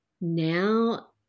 now